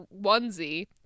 onesie